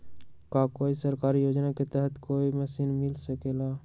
का कोई सरकारी योजना के तहत कोई मशीन मिल सकेला?